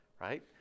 Right